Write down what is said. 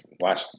watch